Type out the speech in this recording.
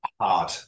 hard